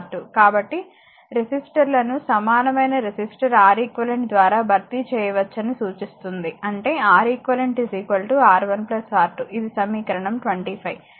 కాబట్టి రెసిస్టర్లను సమానమైన రెసిస్టర్ Req ద్వారా భర్తీ చేయవచ్చని సూచిస్తుంది అంటే Req R1 R2 ఇది సమీకరణం 25